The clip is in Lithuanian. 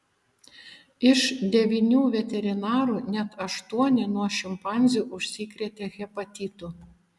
iš devynių veterinarų net aštuoni nuo šimpanzių užsikrėtė hepatitu